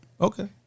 Okay